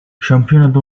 şampiyonada